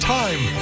time